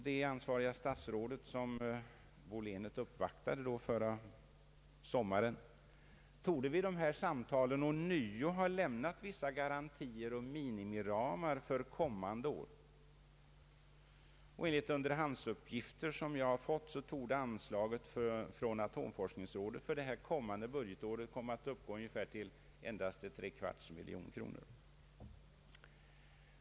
Det ansvariga statsrådet, som Bo Lehnert uppvaktade förra sommaren, torde vid detta samtal ånyo ha lämnat vissa garantier och minimiramar för kommande år. Enligt underhandsuppgifter som jag har fått torde anslaget från atomforskningsrådet för kommande budgetår uppgå till ungefär 750 000 kronor.